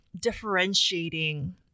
differentiating